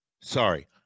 sorry